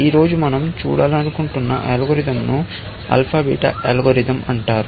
ఈ రోజు మనం చూడాలనుకుంటున్న అల్గోరిథం ను ఆల్ఫా బీటా అల్గోరిథం అంటారు